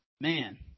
Man